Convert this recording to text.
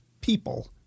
people